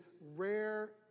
rare